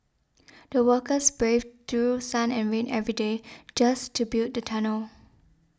the workers braved through sun and rain every day just to build the tunnel